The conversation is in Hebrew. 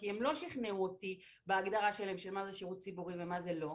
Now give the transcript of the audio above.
כי הם לא שכנעו אותי בהגדרה שלהם של מה הוא שירות ציבורי ומה הוא לא.